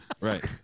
Right